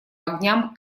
огням